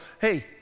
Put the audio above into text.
hey